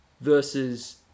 Versus